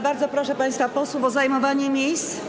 Bardzo proszę państwa posłów o zajmowanie miejsc.